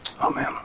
Amen